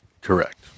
Correct